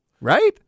right